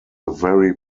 very